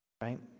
right